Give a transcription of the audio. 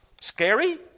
Scary